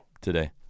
today